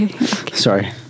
sorry